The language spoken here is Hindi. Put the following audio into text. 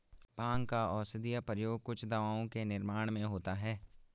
भाँग का औषधीय प्रयोग कुछ दवाओं के निर्माण में होता है